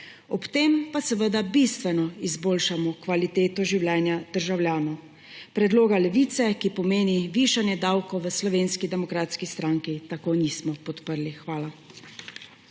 Ob tem pa seveda bistveno izboljšamo kvaliteto življenja državljanov. Predloga Levice, ki pomeni višanje davkov, v Slovenski demokratski stranki tako nismo podprli. Hvala.